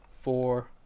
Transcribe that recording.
four